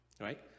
Right